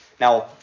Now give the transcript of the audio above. Now